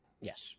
yes